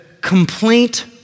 complaint